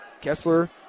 Kessler